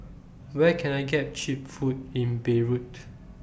Where Can I get Cheap Food in Beirut